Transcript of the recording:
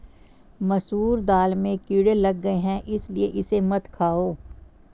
मसूर दाल में कीड़े लग गए है इसलिए इसे मत खाओ